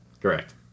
correct